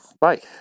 Bye